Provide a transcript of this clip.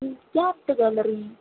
recap to gallery